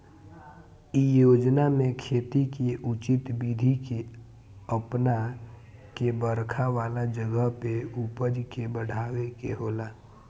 इ योजना में खेती के उचित विधि के अपना के बरखा वाला जगह पे उपज के बढ़ावे के होला